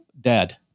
dead